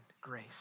grace